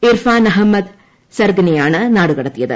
ഇർഫാൻ അഹമ്മദ് സർഗറിനെയാണ് നാടുകടത്തിയത്